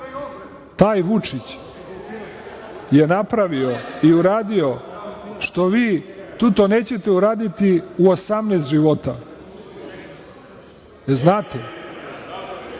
taj Vučić je napravio i uradio što vi, Tuto, nećete uraditi u 18 života. Jel